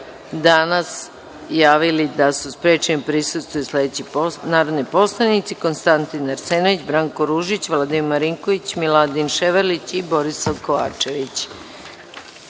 danas javili da su sprečeni da prisustvuju sednici sledeći narodni poslanici: Konstantin Arsenović, Branko Ružić, Vladimir Marinković, Miladin Ševarlić i Borisav Kovačević.S